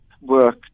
work